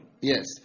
Yes